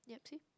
yup same